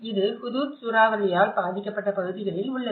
இது ஹுதுத் சூறாவளியால் பாதிக்கப்பட்ட பகுதிகளில் உள்ளது